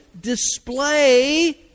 display